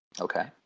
Okay